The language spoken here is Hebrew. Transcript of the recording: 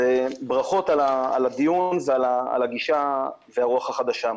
ברכות על הדיון ועל הגישה והרוח החדשה.